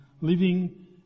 Living